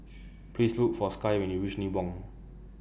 Please Look For Skye when YOU REACH Nibong